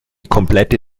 komplette